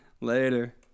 Later